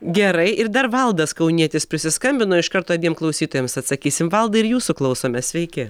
gerai ir dar valdas kaunietis prisiskambino iš karto dviem klausytojams atsakysim valdai ir jūsų klausome sveiki